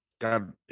God